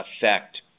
effect